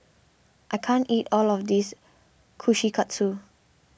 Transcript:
I can't eat all of this Kushikatsu